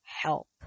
Help